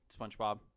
SpongeBob